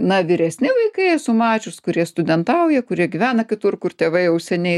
na vyresni vaikai esu mačius kurie studentauja kurie gyvena kitur kur tėvai jau seniai